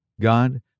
God